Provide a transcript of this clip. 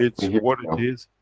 it's what it is.